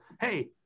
hey